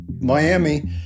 Miami